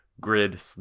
grid